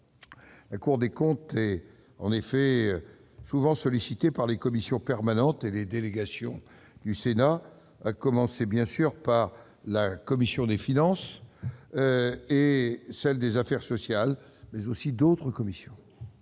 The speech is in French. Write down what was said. La Cour des comptes est en effet souvent sollicitée par les commissions permanentes et les délégations du Sénat, à commencer, bien sûr, par les commissions des finances et des affaires sociales. Au cours de l'année